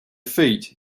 feet